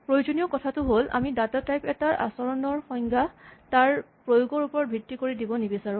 প্ৰয়োজনীয় কথাটো হ'ল আমি ডাটা টাইপ এটাৰ আচৰণৰ সংজ্ঞা তাৰ প্ৰয়োগৰ ওপৰত ভিত্তি কৰি দিব নিবিচাৰোঁ